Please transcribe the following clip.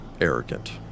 arrogant